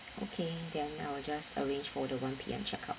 okay then I will just arrange for the one P_M check out